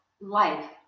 life